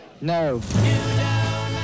No